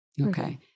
Okay